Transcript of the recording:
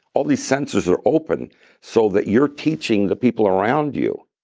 all these sensors are open so that you're teaching the people around you.